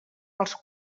els